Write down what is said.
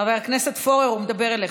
חבר הכנסת פורר, הוא מדבר אליך.